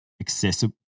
accessible